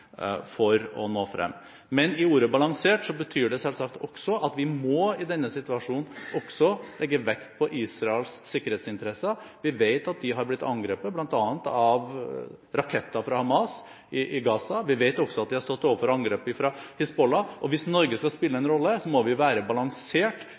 for å nå frem. Men ordet balansert betyr selvsagt at vi i denne situasjonen også må legge vekt på Israels sikkerhetsinteresser. Vi vet at de har blitt angrepet, bl.a. av raketter fra Hamas i Gaza. Vi vet også at de har stått overfor angrep fra Hizbollah. Hvis Norge skal spille